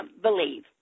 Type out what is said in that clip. believe